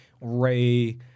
Ray